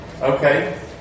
Okay